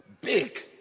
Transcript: big